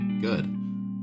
good